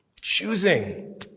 choosing